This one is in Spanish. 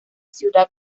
ciudad